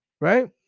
right